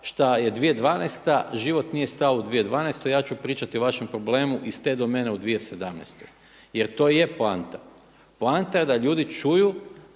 šta je 2012. život nije stao u 2012. Ja ću pričati o vašem problemu iz te domene u 2017. jer to je poanta. Poanta je da ljudi čuju